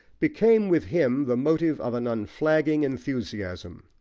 became with him the motive of an unflagging enthusiasm,